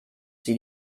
sie